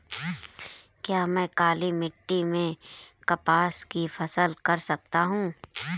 क्या मैं काली मिट्टी में कपास की फसल कर सकता हूँ?